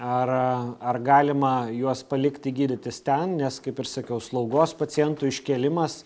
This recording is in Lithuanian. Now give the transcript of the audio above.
ar ar galima juos palikti gydytis ten nes kaip ir sakiau slaugos pacientų iškėlimas